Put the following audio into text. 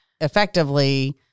effectively